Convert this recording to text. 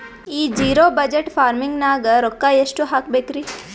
ಈ zero budget farming ನಾಗ್ ರೊಕ್ಕ ಎಷ್ಟು ಹಾಕಬೇಕರಿ?